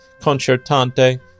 concertante